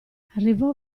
arrivò